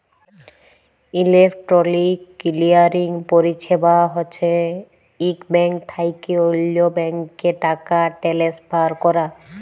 electronic clearing পরিছেবা হছে ইক ব্যাংক থ্যাইকে অল্য ব্যাংকে টাকা টেলেসফার ক্যরা